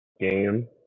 game